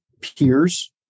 peers